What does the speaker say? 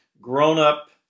grown-up